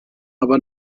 aber